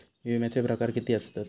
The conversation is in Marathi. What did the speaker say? विमाचे प्रकार किती असतत?